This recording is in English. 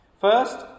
First